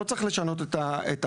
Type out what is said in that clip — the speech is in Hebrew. לא צריך לשנות את החוק.